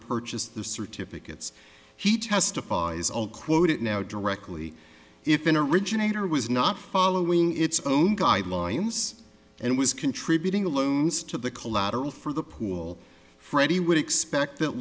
purchase the certificates he testifies all quote it now directly if an originator was not following its own guidelines and was contributing the loans to the collateral for the pool freddie would expect that